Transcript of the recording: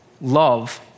love